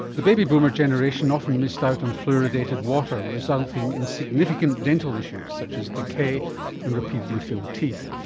the baby boomer generation often missed out on fluoridated water, resulting in significant dental issues such as decay and repeatedly filled teeth.